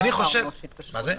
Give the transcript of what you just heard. לא אמרנו שיתקשרו אליו.